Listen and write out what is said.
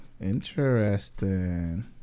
Interesting